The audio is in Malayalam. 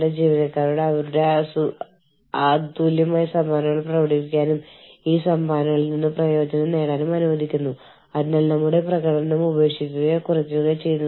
ഹ്യൂമൻ റിസോഴ്സ് പ്രൊഫഷണലുകൾ വാഗ്ദാനം ചെയ്യുന്ന അവസരങ്ങൾക്കായി തിരയുകയും സേവനങ്ങളുടെ ഗുണനിലവാരം മെച്ചപ്പെടുത്തുകയും ചെയ്യുന്നു അത് ഭാവിയിലേക്കുള്ള ഒരു കാഴ്ചപ്പാട് നിർവചിക്കുകയും അത് വകുപ്പുമായി ആശയവിനിമയം നടത്തുകയും ചെയ്യുന്നു